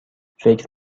فکر